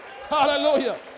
Hallelujah